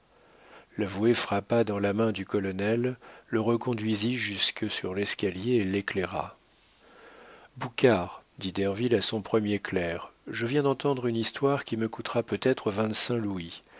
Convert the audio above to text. brave l'avoué frappa dans la main du colonel le reconduisit jusque sur l'escalier et l'éclaira boucard dit derville à son premier clerc je viens d'entendre une histoire qui me coûtera peut-être vingt-cinq louis